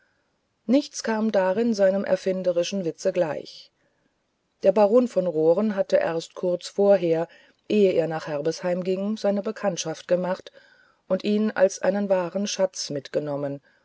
nichts kam darin seinem erfinderischen witze gleich der baron von roren hatte erst kurz vorher ehe er nach herbesheim ging seine bekanntschaft gemacht und ihn als einen wahren schatz mitgenommen